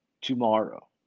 tomorrow